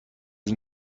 این